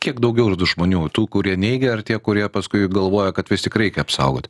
kiek daugiau yra tų žmonių tų kurie neigia ar tie kurie paskui galvoja kad vis tik reikia apsaugot